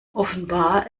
offenbar